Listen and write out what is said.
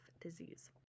disease